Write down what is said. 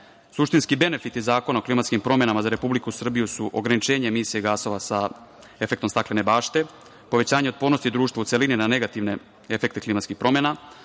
suštinski benefiti Zakona o klimatskim promenama za Republiku Srbiju su ograničenje emisije gasova sa efektom staklene bašte, povećanje otpornosti društva u celini na negativne efekte klimatskih promena,